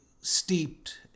steeped